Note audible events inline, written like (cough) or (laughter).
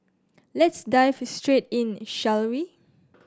let's dive (unintelligible) straight in shall we